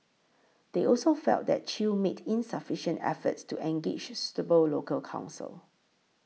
they also felt that Chew made insufficient efforts to engage suitable local counsel